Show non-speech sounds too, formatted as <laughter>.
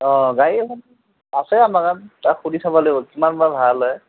অ গাড়ী এখন আছে <unintelligible> তাক সুধি চাব লাগিব কিমান বা ভাড়া লয়